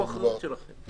אחריות שלכם.